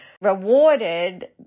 rewarded